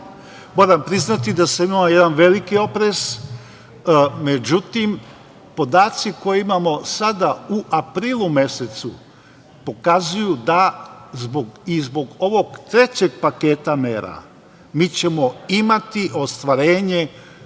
Moram priznati da sam imao jedan veliki oprez, međutim podaci koje imamo sada u aprilu mesecu pokazuju da i zbog ovog trećeg paketa mera mi ćemo imati ostvarenje